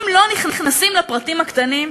אם לא נכנסים לפרטים הקטנים,